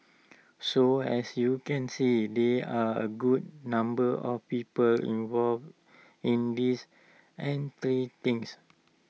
so as you can see there are A good number of people involved in this entire things